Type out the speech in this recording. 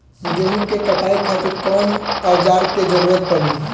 गेहूं के कटाई खातिर कौन औजार के जरूरत परी?